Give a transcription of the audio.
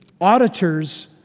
auditors